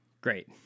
Great